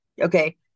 okay